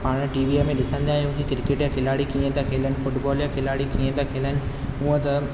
पाण टीवीअ में ॾिसंदा आहियूं की किरकेट जा खिलाड़ी कीअं था खेलनि फुटबॉल जा खिलाड़ी कीअं था खेलनि हूंअं त